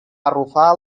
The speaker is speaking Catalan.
arrufar